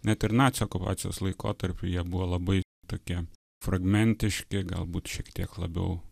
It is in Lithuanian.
net ir nacių okupacijos laikotarpiu jie buvo labai tokie fragmentiški galbūt šiek tiek labiau